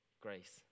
grace